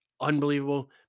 unbelievable